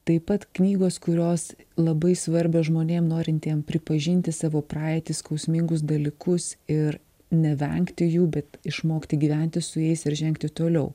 taip pat knygos kurios labai svarbios žmonėm norintiem pripažinti savo praeitį skausmingus dalykus ir nevengti jų bet išmokti gyventi su jais ir žengti toliau